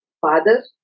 Father